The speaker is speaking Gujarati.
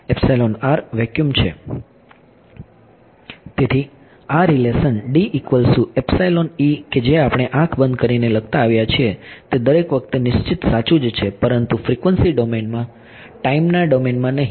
તેથી આ રીલેશન કે જે આપણે આંખ બંધ કરીને લખતા આવ્યા છીએ તે દરેક વખતે નિશ્ચિત સાચું જ છે પરંતુ ફ્રિકવન્સી ડોમેનમાં ટાઈમના ડોમેનમાં નહીં